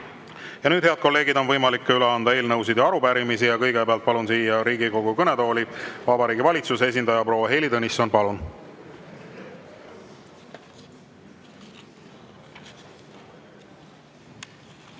nüüd, head kolleegid, on võimalik üle anda eelnõusid ja arupärimisi. Kõigepealt palun siia Riigikogu kõnetooli Vabariigi Valitsuse esindaja proua Heili Tõnissoni. Palun!